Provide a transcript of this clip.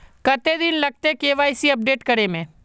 कते दिन लगते के.वाई.सी अपडेट करे में?